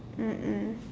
mm mm